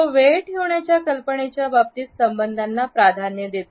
तो वेळ ठेवण्याच्या कल्पनेच्या बाबतीत संबंधांना प्राधान्य देतो